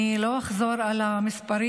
אני לא אחזור על המספרים,